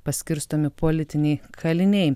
paskirstomi politiniai kaliniai